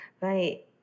right